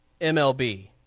MLB